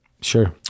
Sure